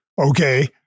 okay